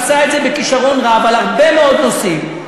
ואת עושה את זה בכישרון רב בהרבה מאוד נושאים,